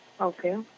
Okay